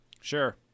Sure